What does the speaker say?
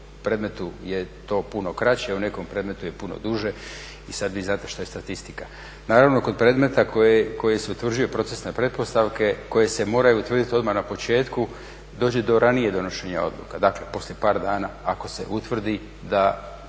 predmetu je to puno kraće, u nekom predmetu je puno duže i sad vi znate šta je statistika. Naravno, kod predmeta koji se utvrđuju procesne pretpostavke koje se moraju utvrditi odmah na početku dođe do ranijeg donošenja odluka, dakle poslije par dana ako se utvrdi da